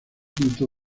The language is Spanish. quinto